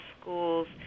schools